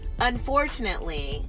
unfortunately